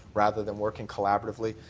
rather than working collaboratively.